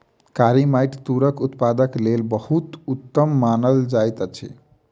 कारी माइट तूरक उत्पादनक लेल बहुत उत्तम मानल जाइत अछि